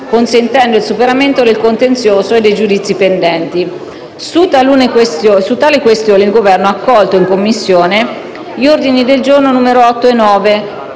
consentendo il superamento del contenzioso e dei giudizi pendenti. Su tale questione, il Governo ha accolto, in Commissione, gli ordini del giorno nn. 8 e 9,